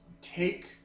Take